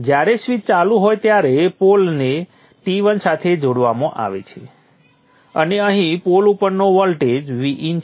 જ્યારે સ્વીચ ચાલુ હોય ત્યારે પોલને T1 સાથે જોડવામાં આવે છે અને અહીં પોલ ઉપરનો વોલ્ટેજ Vin છે